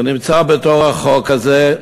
זה נמצא בתוך החוק הזה,